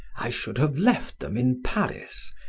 i should have left them in paris,